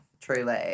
truly